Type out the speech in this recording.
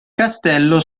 castello